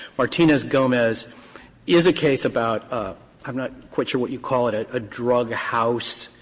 martinez-gomez is a case about um i'm not quite sure what you call it it a drug house,